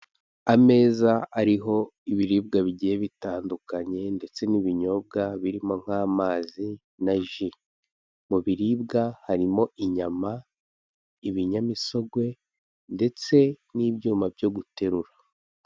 Ameza ariho ibiribwa bigiye bitandukanye ndetse n'ibinyobwa birimo nk'amazi na ji, mu biribwa harimo inyama, ibinyamisogwe ndetse n'ibyuma byo guterura.